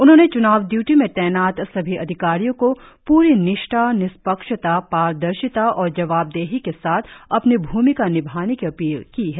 उन्होंने च्नाव ड्यूटी में तैनात सभी अधिकारियों को प्री निष्ठा निष्पक्षता पारदर्शिता और जवाबदेही के साथ अपनी भूमिका निभाने की अपील की है